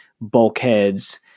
bulkheads